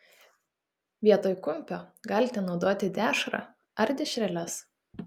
vietoj kumpio galite naudoti dešrą ar dešreles